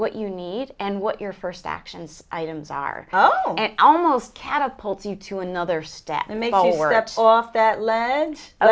what you need and what your first actions items are almost catapult you to another step off that